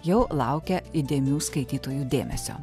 jau laukia įdėmių skaitytojų dėmesio